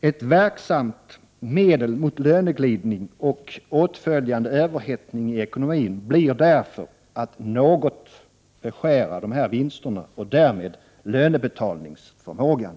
Ett verksamt medel mot löneglidning och åtföljande överhettning i ekonomin blir därför att något beskära dessa vinster och därmed lönebetalningsförmågan.